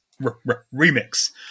remix